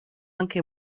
anche